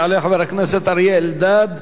יעלה חבר הכנסת אריה אלדד,